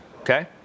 Okay